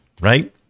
right